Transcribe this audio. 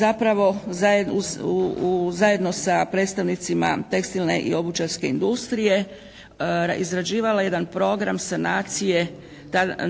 zapravo zajedno sa predstavnicima tekstilne i obućarske industrije izrađivala jedan program sanacije